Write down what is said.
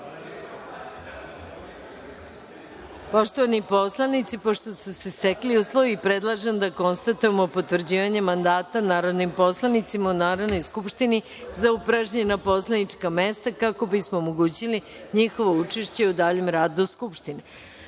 grupe. Poštovani poslanici, pošto su se stekli uslovi, predlažem da konstatujemo potvrđivanje mandata narodnim poslanicima u Narodnoj skupštini za upražnjena poslanička mesta, kako bismo omogućili njihovo učešće u daljem radu Skupštine. Uručena